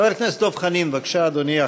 חבר הכנסת דב חנין, בבקשה, אדוני.